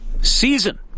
season